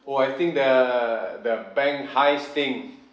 oh I think the the bank heist thing